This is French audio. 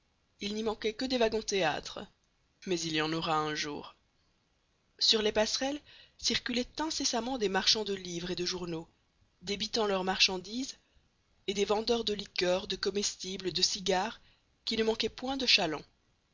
il n'y manquait que des wagons théâtres mais il y en aura un jour sur les passerelles circulaient incessamment des marchands de livres et de journaux débitant leur marchandise et des vendeurs de liqueurs de comestibles de cigares qui ne manquaient point de chalands